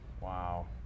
Wow